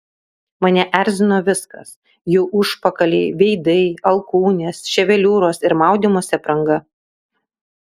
mane erzino viskas jų užpakaliai veidai alkūnės ševeliūros ir maudymosi apranga